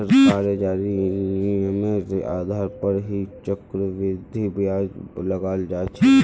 सरकारेर जारी नियमेर आधार पर ही चक्रवृद्धि ब्याज लगाल जा छे